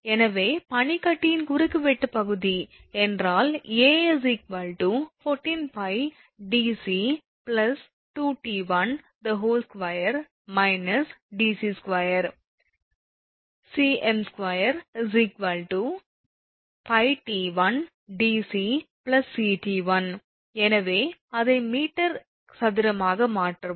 எனவே பனிக்கட்டியின் குறுக்குவெட்டுப் பகுதி என்றால் 𝐴𝑖14𝜋𝑑𝑐2𝑡12−𝑑𝑐2 𝑐𝑚2𝜋𝑡1𝑑𝑐𝑐𝑡1 எனவே அதை மீட்டர் சதுரமாக மாற்றவும்